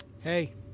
hey